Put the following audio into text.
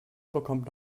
bekommt